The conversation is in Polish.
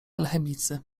alchemicy